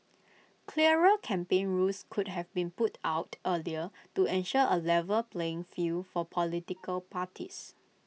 clearer campaign rules could have been put out earlier to ensure A level playing field for political parties